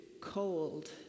cold